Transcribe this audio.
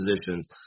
positions